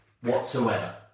whatsoever